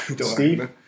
Steve